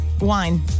wine